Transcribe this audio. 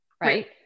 Right